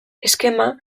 eskema